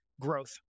growth